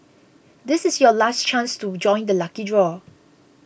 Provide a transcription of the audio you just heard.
this is your last chance to join the lucky draw